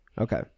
Okay